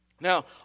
Now